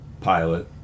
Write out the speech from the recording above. pilot